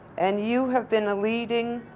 and you have been a leading,